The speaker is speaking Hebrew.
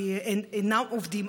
כי הם אינם עובדים,